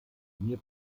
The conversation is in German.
mir